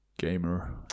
Gamer